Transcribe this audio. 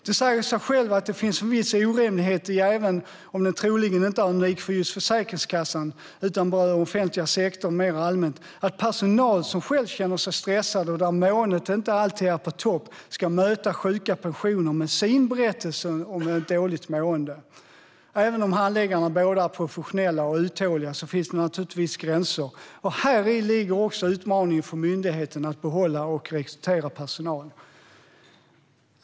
Det säger sig självt att det finns en viss orimlighet - även om det troligen inte är unikt för just Försäkringskassan utan berör den offentliga sektorn mer allmänt - i att personal som själv känner sig stressad och där måendet inte alltid är på topp ska möta sjuka personer och deras berättelser om ett dåligt mående. Även om handläggarna är både professionella och uthålliga finns det naturligtvis gränser. Här ligger också utmaningen för myndigheten att behålla och rekrytera personal.